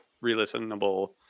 re-listenable